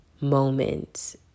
moments